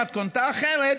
במתכונתה האחרת,